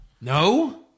no